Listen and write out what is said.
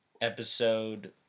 Episode